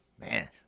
Man